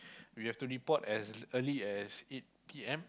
we have to report as early as eight P_M